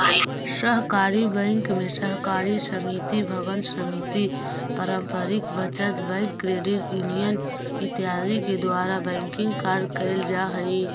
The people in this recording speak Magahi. सहकारी बैंक में सहकारी समिति भवन समिति पारंपरिक बचत बैंक क्रेडिट यूनियन इत्यादि के द्वारा बैंकिंग कार्य कैल जा हइ